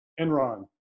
Enron